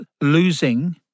losing